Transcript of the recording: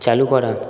চালু করা